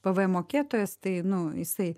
pvm mokėtojas tai nu jisai